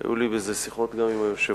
היו לי על זה שיחות גם עם היושב-ראש.